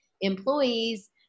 employees